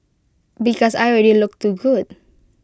because I already look too good